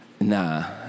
Nah